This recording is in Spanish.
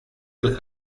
del